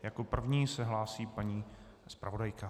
Jako první se hlásí paní zpravodajka.